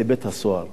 ראש המועצה,